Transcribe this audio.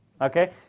okay